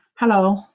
Hello